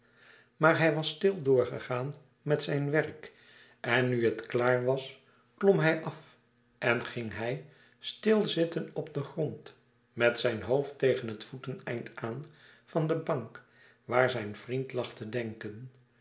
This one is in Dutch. maar hij was stil door gegaan met zijn werk en nu het klaar was klom hij af en ging hij stil zitten op den grond met zijn hoofd tegen het voeteneind aan van de bank waar zijn vriend lag te denken